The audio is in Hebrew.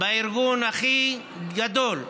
בארגון הכי גדול,